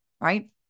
right